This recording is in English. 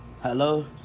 hello